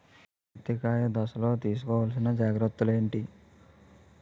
పత్తి కాయ దశ లొ తీసుకోవల్సిన జాగ్రత్తలు ఏంటి?